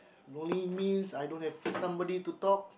lonely means I don't have somebody to talk